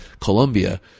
Colombia